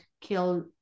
kill